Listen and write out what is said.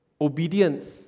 obedience